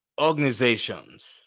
organizations –